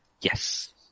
Yes